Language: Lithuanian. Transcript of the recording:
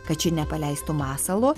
kad ši nepaleistų masalo